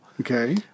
Okay